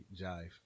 Jive